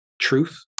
truth